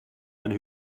eine